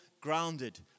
grounded